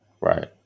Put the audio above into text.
Right